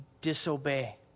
disobey